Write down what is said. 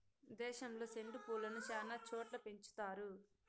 దేశంలో సెండు పూలను శ్యానా చోట్ల పెంచుతారు